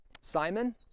Simon